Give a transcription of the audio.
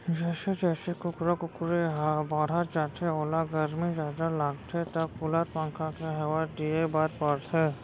जइसे जइसे कुकरा कुकरी ह बाढ़त जाथे ओला गरमी जादा लागथे त कूलर, पंखा के हवा दिये बर परथे